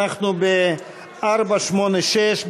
אנחנו בעמוד 486,